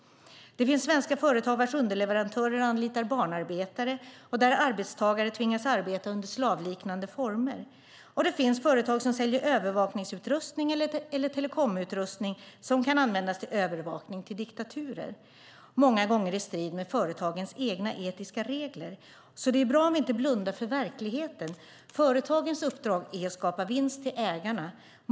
Det finns svenska företag vars underleverantörer anlitar barnarbetare och där arbetstagare tvingas arbeta under slavliknande former. Och det finns företag som säljer övervakningsutrustning, eller telekomutrustning som kan användas för övervakning, till diktaturer - många gånger i strid med företagens egna etiska regler. Det är bra om vi inte blundar för verkligheten. Företagens uppdrag är att skapa vinst till ägarna.